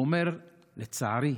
והוא אומר: לצערי,